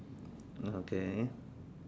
okay